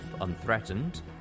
unthreatened